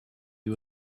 you